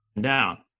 down